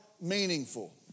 meaningful